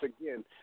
Again